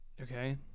Okay